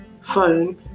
phone